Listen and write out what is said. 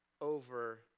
over